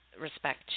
respect